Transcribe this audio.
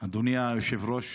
אדוני היושב-ראש,